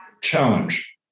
challenge